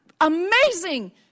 amazing